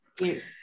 Yes